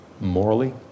morally